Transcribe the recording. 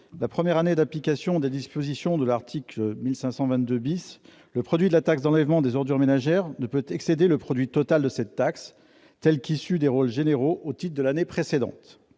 la première année d'application des dispositions de l'article 1522, le produit de la taxe d'enlèvement des ordures ménagères ne peut excéder le produit total de cette taxe tel qu'issu des rôles généraux au titre de l'année précédente